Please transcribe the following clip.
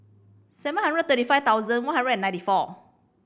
seven hundred thirty five one hundred and ninety four